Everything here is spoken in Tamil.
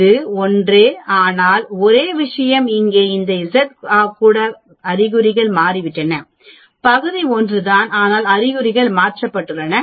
இது ஒன்றே ஆனால் ஒரே விஷயம் இங்கே இந்த Z கூட அறிகுறிகள் மாறிவிட்டன பகுதி ஒன்றுதான் ஆனால் அறிகுறிகள் மாற்றப்பட்டுள்ளன